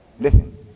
Listen